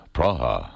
Praha